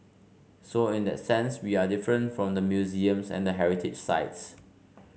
so in that sense we are different from the museums and the heritage sites